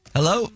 Hello